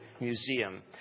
Museum